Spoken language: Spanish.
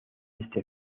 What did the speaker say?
este